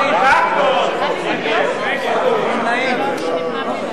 ההסתייגות של חברי הכנסת ישראל אייכלר,